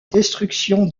destruction